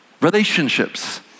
relationships